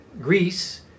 Greece